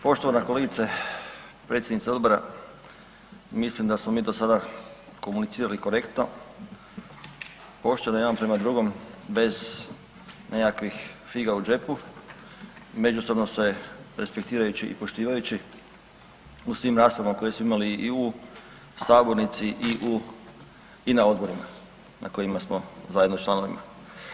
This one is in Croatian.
Poštovana kolegice predsjednice Odbora, mislim da smo mi do sada komunicirali korektno pošteno jedan prema drugom bez nekakvih figa u džepu, međusobno se respektirajući i poštivajući u svim raspravama koje smo imali i u sabornici i na odborima na kojima smo zajedno članovi.